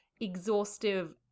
exhaustive